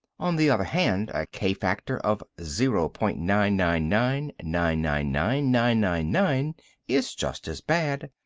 on the other hand, a k-factor of zero point nine nine nine nine nine nine nine nine nine is just as bad.